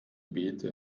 bete